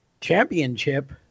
championship